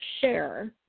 share